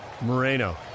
Moreno